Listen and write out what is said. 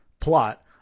plot